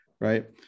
right